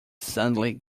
suddenly